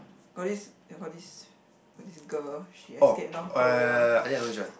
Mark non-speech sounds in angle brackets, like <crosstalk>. got this and got this got this girl she escape North Korea <noise>